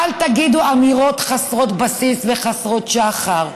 אל תגידו אמירות חסרות בסיס וחסרות שחר.